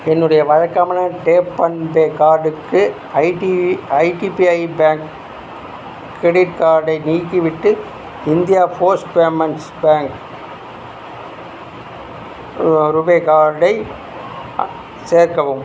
என்னுடைய வழக்கமான tap and pay கார்டுக்கு ஐடி ஐடிபிஐ பேங்க் கிரெடிட் கார்டை நீக்கிவிட்டு India Post Payments Bank RuPay கார்டை சேர்க்கவும்